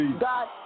God